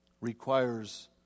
requires